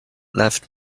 left